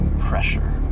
pressure